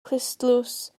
clustdlws